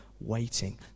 waiting